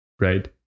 right